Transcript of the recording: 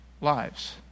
lives